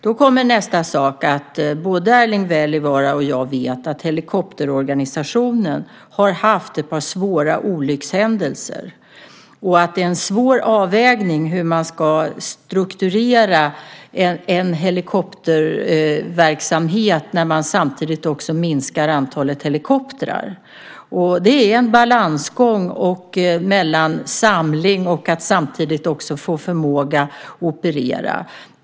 Då kommer nästa sak. Både Erling Wälivaara och jag vet att helikopterorganisationen har haft ett par svåra olyckshändelser och att det är en svår avvägning hur man ska strukturera en helikopterverksamhet när man samtidigt också minskar antalet helikoptrar. Det är en balansgång mellan samling och att samtidigt också få förmåga att operera.